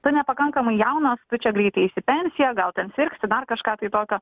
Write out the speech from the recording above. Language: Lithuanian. tu nepakankamai jaunas tu čia greit eis į pensiją gal ten sirgsi dar kažką tai tokio